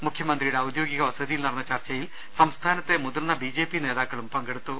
മുഖ്യമന്ത്രിയുടെ ഔദ്യോ ഗിക വസതിയിൽ നടന്ന ചർച്ചയിൽ സംസ്ഥാനത്തെ മുതിർന്ന ബി ജെ പി നേതാക്കളും പങ്കെടുത്തു